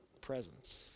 presence